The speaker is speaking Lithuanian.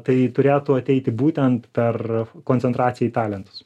tai turėtų ateiti būtent per koncentraciją į talentus